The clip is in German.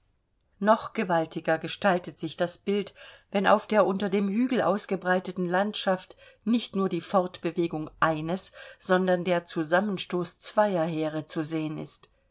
noch gewaltiger gestaltet sich das bild wenn auf der unter dem hügel ausgebreiteten landschaft nicht nur die fortbewegung eines sondern der zusammenstoß zweier heere zu sehen ist